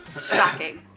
Shocking